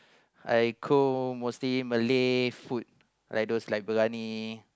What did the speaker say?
I cook mostly Malay food like those like briyani